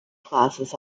classes